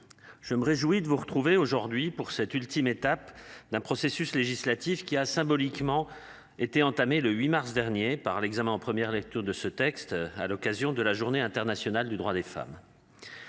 Je me réjouis de vous retrouver aujourd'hui pour cette ultime étape d'un processus législatif qui a symboliquement été entamée le 8 mars dernier par l'examen en première lecture de ce texte, à l'occasion de la Journée internationale du droit des femmes.